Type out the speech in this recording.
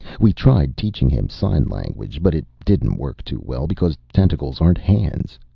we tried teaching him sign language, but it didn't work too well, because tentacles aren't hands.